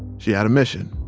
she had a mission.